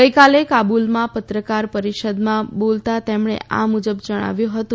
ગઈકાલે કાબુલમાં પત્રકાર પરિષદમાં બોલતાં તેમણે આ મુજબ જણાવ્યું હતું